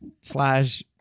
slash